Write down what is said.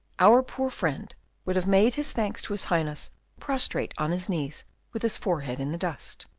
our poor friend would have made his thanks to his highness prostrate on his knees with his forehead in the dust.